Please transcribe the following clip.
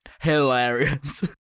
hilarious